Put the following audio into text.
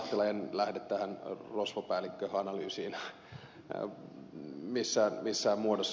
lahtela en lähde tähän rosvopäällikköanalyysiin missään muodossa